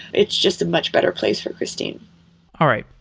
it's just a much better place for christine all right,